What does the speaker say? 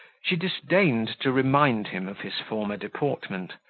she disdained to remind him of his former deportment,